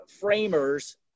framers